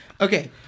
Okay